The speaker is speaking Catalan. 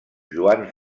joan